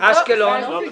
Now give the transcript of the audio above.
היא לא בפנים.